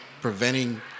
preventing